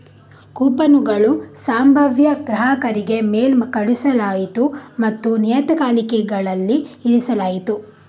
ಕೂಪನುಗಳನ್ನು ಸಂಭಾವ್ಯ ಗ್ರಾಹಕರಿಗೆ ಮೇಲ್ ಕಳುಹಿಸಲಾಯಿತು ಮತ್ತು ನಿಯತಕಾಲಿಕೆಗಳಲ್ಲಿ ಇರಿಸಲಾಯಿತು